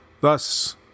thus